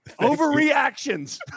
overreactions